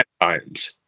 times